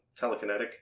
telekinetic